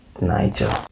Nigel